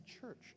church